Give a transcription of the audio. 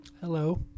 Hello